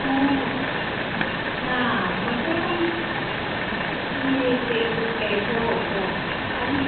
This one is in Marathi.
हं हां मं ते पण मिळतील तिथे हो हो आणि